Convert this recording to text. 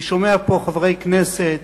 אני שומע פה חברי כנסת